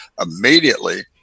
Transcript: immediately